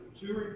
two